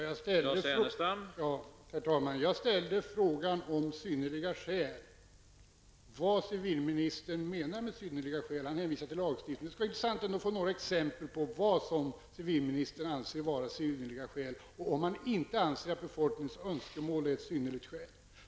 Herr talman! Jag ställde frågan om vad civilministern menar med synnerliga skäl. Han hänvisar till lagstiftningen. Det skulle vara intressant att få något exempel på vad civilministern anser vara synnerliga skäl. Anser han inte att befolkningens önskemål är synnerliga skäl?